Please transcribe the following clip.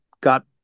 got